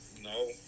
No